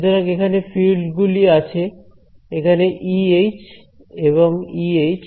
সুতরাং এখানে ফিল্ড গুলি আছে যেখানে E H এবং E H 22 11